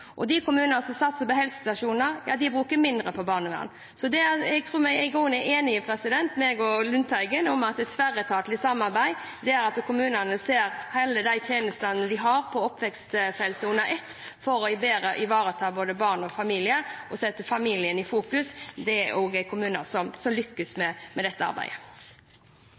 og jeg, om at tverretatlig samarbeid er at kommunene ser alle de tjenestene de har på oppvekstfeltet under ett, for å ivareta bedre både barn og familier og sette familien i fokus. Det er kommuner som lykkes med dette arbeidet.